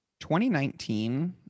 2019